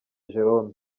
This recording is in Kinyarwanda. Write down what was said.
jérôme